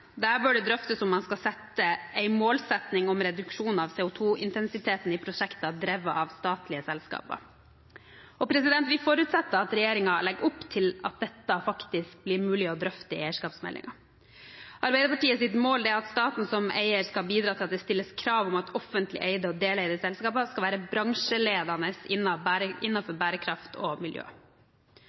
Der bør det drøftes om man skal sette en målsetting om reduksjon av CO2-intensiteten i prosjekter drevet av statlige selskaper. Vi forutsetter at regjeringen legger opp til at dette faktisk blir mulig å drøfte i eierskapsmeldingen. Arbeiderpartiets mål er at staten som eier skal bidra til at det stilles krav om at offentlig eide og deleide selskaper skal være bransjeledende innenfor bærekraft og miljø.